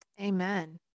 Amen